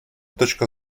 точка